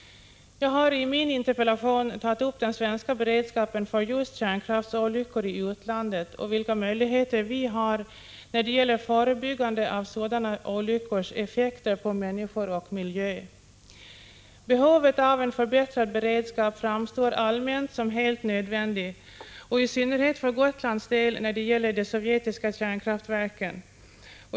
Jag har i min interpellation tagit upp den svenska beredskapen för just kärnkraftsolyckor i utlandet och vilka möjligheter vi har att förebygga sådana olyckors effekter på människor och miljö. Behovet av en förbättrad beredskap framstår allmänt som helt nödvändigt, och för Gotlands del i synnerhet när det gäller de sovjetiska kärnkraftverken.